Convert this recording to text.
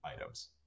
items